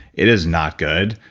it is not good.